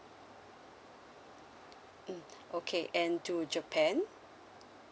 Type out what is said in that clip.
mm okay and to japan